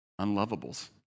Unlovables